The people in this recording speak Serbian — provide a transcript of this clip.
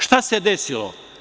Šta se desilo?